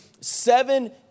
seven